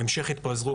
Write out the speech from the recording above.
בהמשך התפזרו,